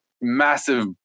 massive